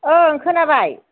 ओं खोनाबाय